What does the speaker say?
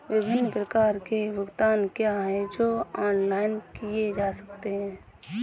विभिन्न प्रकार के भुगतान क्या हैं जो ऑनलाइन किए जा सकते हैं?